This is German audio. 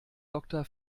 doktor